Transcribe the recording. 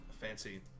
fancy